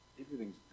everything's